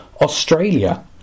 Australia